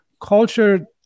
culture